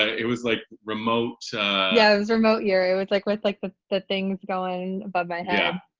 it was like remote yeah was remote year. it was like like like but the things going above my head.